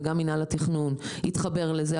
וגם מינהל התכנון התחבר לזה,